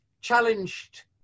challenged